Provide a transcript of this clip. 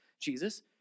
Jesus